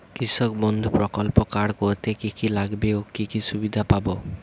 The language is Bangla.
কৃষক বন্ধু প্রকল্প কার্ড করতে কি কি লাগবে ও কি সুবিধা পাব?